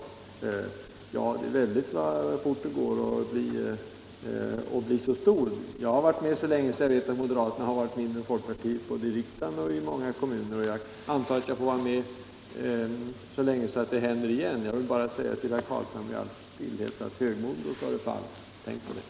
Det är väldigt så fort det går att bli stor! Jag har varit med om att moderaterna har varit mindre än folkpartiet både i riksdagen och i många kommuner, och jag antar att jag får vara med om det igen. Jag vill bara stillsamt säga till herr Carlshamre: Högmod går före fall — tänk på det.